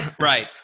Right